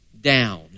down